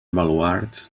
baluards